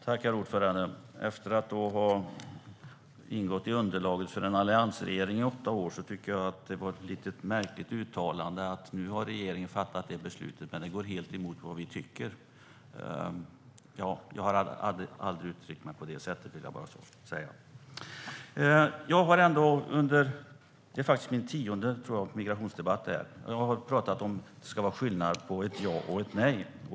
Herr talman! Efter att mitt parti har ingått i underlaget för en alliansregering i åtta år tycker jag att det är ett märkligt uttalande att regeringen har fattat beslutet men att det går emot vad man tycker. Jag hade aldrig uttryckt mig på det sättet. Det här är min tionde migrationsdebatt. Jag har talat om att det ska vara skillnad på ett ja och ett nej.